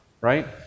right